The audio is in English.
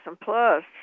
Plus